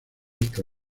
esta